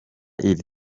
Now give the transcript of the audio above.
iri